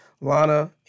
Lana